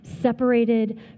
separated